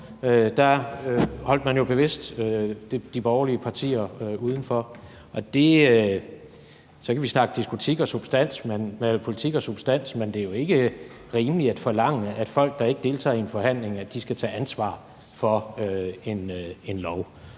bevidst holdt de borgerlige partier udenfor, og så kan vi snakke politik og substans, men det er jo ikke rimeligt at forlange, at folk, der ikke deltager i en forhandling, skal tage ansvar for en lov.